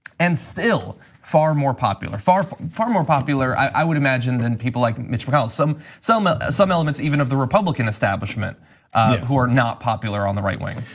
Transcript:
and still far more popular, far far more popular i would imagine than people like mitch mcconnell. some so um ah some elements even of the republican establishment who are not popular on the right wing.